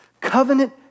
covenant